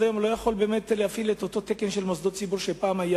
לא יכול להפעיל את אותו תקן של מוסדות ציבור שהיה פעם.